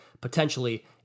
potentially